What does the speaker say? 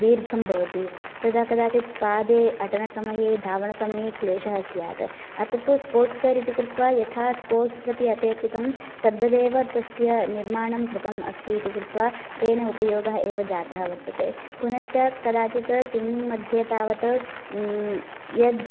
दीर्घं भवति तदा कदाचित् पादे अटनसमये धावण समये क्लेशः स्यात् अत् तु स्पोर्ट्स्वेर् इति कृत्वा यथा स्पोर्ट्स् प्रति अपेक्षितं तद्ददेव तस्य निर्माणं कृतम् अस्ति इति कृत्वा तेन उपयोगः एव जातः वर्तते पुनश्च कदाचित् स्विम्मिङ्ग् मध्ये तावत् यद्